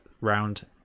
round